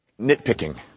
nitpicking